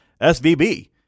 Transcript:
SVB